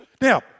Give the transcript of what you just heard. Now